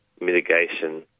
mitigation